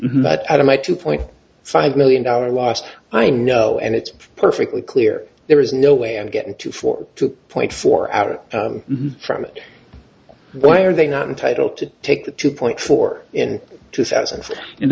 but out of my two point five million dollars last i know and it's perfectly clear there is no way and getting two for two point four out from it why are they not entitled to take the two point four in two thousand and